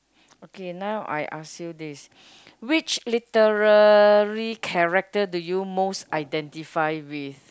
okay now I ask you this which literally character do you most identify with